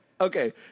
Okay